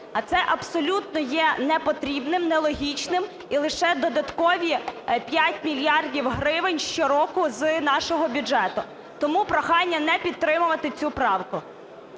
А це абсолютно є непотрібним, нелогічним і лише додаткові 5 мільярдів гривень щороку з нашого бюджету. Тому прохання не підтримувати цю правку.